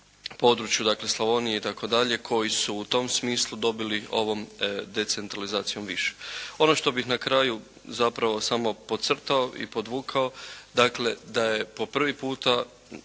području dakle Slavonije itd. koji su u tom smislu dobili ovom decentralizacijom više. Ono što bih na kraju zapravo samo podcrtao i podvukao, dakle da je po prvi puta